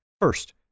First